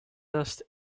dust